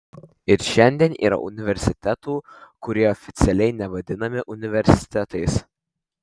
ir šiandien yra universitetų kurie oficialiai nevadinami universitetais